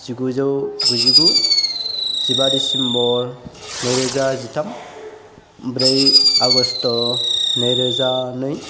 जिगुजौ गुजिगु जिबा दिसेम्बर नैरोजा जिथाम ब्रै आगष्ट नैरोजा नै